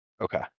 Okay